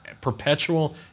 perpetual